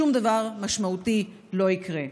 שום דבר משמעותי לא יקרה.